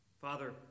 Father